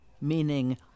Meaning